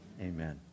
Amen